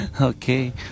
Okay